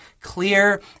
clear